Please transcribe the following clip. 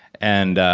and